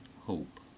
hope